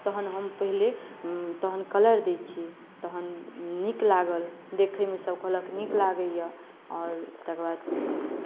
तखन हम पहिले तखन कलर दैत छियै तखन नीक लागल देखयमे सभ कहलक नीक लगैए आओर तकर बाद